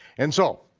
and so,